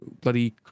bloody